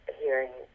hearing